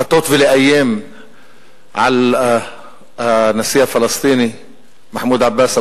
לפתות ולאיים על הנשיא הפלסטיני מחמוד עבאס,